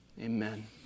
Amen